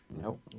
Nope